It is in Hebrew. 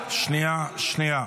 שנייה, שנייה.